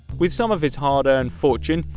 with some of his hard earned fortune,